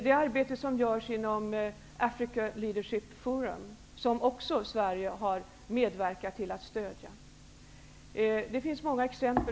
Det arbetet görs inom Africa Leadership Forum, som Sverige också har medverkat till att stödja. Det finns många exempel.